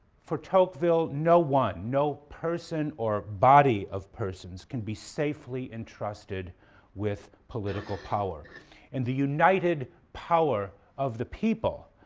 for tocqueville no one, no person or body of persons, can be safely entrusted with political power and the united power of the people,